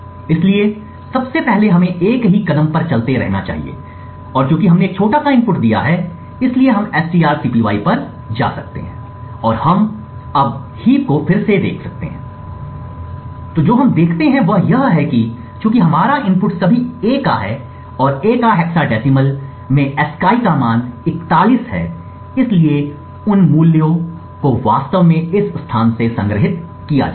इसलिए सबसे पहले हमें एक ही कदम पर चलते रहना चाहिए और चूँकि हमने एक छोटा सा इनपुट दिया है इसलिए हम strcpy पर जा सकते हैं और हम अब हीप को फिर से देख सकते हैं और जो हम देखते हैं वह यह है कि चूंकि हमारा इनपुट सभी A का है और A का हेक्साडेसिमल में ASCII का मान 41 है इसलिए उन मूल्यों को वास्तव में इस स्थान से संग्रहीत किया जाता है